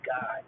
God